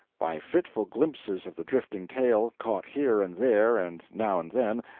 by fitful glimpses of the drifting tale, caught here and there and now and then,